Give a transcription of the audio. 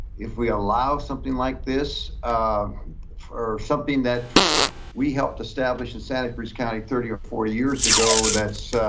if we allow something like this, um for something that we helped establish in santa cruz county, thirty or forty years ago, that's,